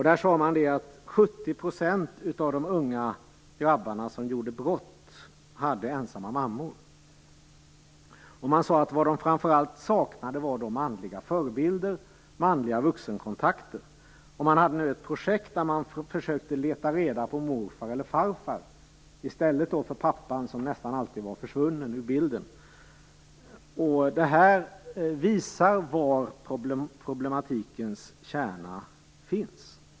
Där sade man att 70 % av de unga grabbarna som begick brott hade ensamma mammor. Man sade att de främst saknade manliga förebilder, manliga vuxenkontakter. Man drev nu ett projekt där man försökte leta reda på morfar eller farfar i stället för pappan som nästan alltid var försvunnen ur bilden. Detta visar var problemets kärna finns.